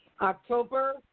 October